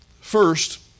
First